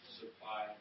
supply